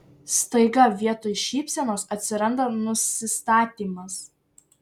staiga vietoj šypsenos atsiranda nusistatymas